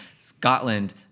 Scotland